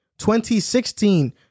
2016